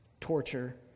torture